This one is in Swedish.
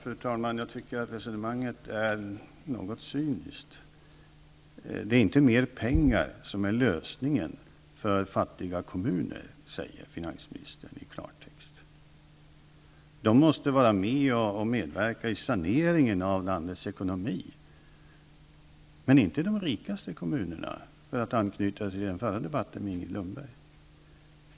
Fru talman! Jag tycker att resonemanget är något cyniskt. Det är inte mer pengar som är lösningen för fattiga kommuner, säger finansministern i klartext. De måste vara med och medverka i saneringen av landets ekonomi. Men det behöver inte de rikaste kommunerna, för att anknyta till den förra debatten, med Inger Lundberg.